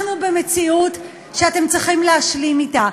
אנחנו במציאות שאתם צריכים להשלים אתה,